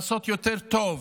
לעשות יותר טוב